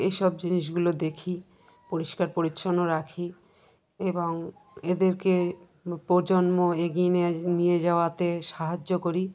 এই সব জিনিসগুলো দেখি পরিষ্কার পরিচ্ছন্ন রাখি এবং এদেরকে প্রজন্ম এগিয়ে নিয়ে যাওয়াতে সাহায্য করি